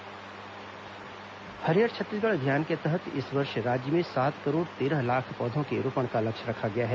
हरियर छत्तीसगढ़ अभियान हरियर छत्तीसगढ़ अभियान के तहत इस वर्ष राज्य में सात करोड़ तेरह लाख पौधों के रोपण का लक्ष्य रखा गया है